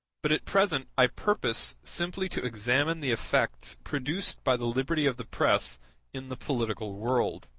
but at present i purpose simply to examine the effects produced by the liberty of the press in the political world.